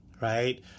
Right